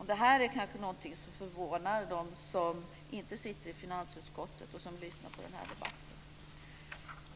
Detta är kanske något som förvånar dem som inte sitter i finansutskottet och som lyssnar på den här debatten.